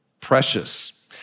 precious